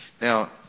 Now